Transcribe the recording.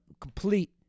complete